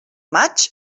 maig